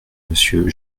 monsieur